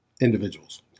individuals